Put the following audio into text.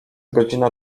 godzina